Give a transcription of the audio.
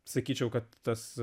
sakyčiau kad tas